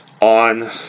on